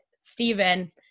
Stephen